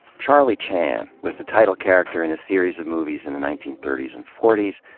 charlie chan was the title character in a series of movies in the nineteen thirty s and forty s,